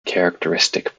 characteristic